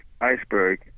iceberg